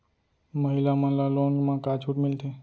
महिला मन ला लोन मा का छूट मिलथे?